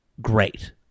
great